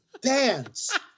dance